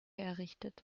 errichtet